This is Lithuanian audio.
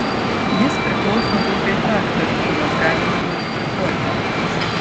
jis priklauso grupei faktorių kuriuos galime modifikuoti